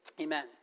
amen